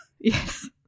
Yes